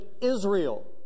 Israel